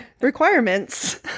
requirements